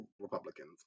Republicans